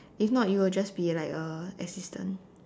if not you will just be like a assistant